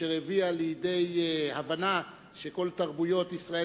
אשר הביאה לידי הבנה שכל תרבויות ישראל